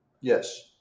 Yes